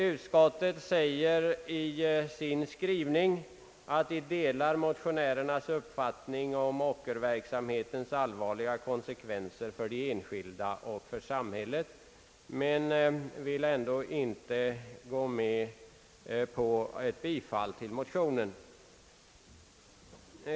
Utskottet säger i sin skrivning att man delar motionärernas uppfattning om ockerverksamhetens allvarliga konsekvenser för den enskilde och samhället, men man vill ändå inte gå med på ett bifall till motionen.